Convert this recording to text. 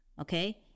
Okay